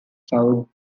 south